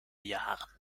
jahren